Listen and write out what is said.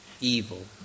evil